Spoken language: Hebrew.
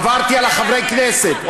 עברתי על חברי הכנסת,